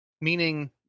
meaning